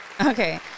Okay